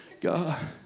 God